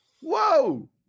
Whoa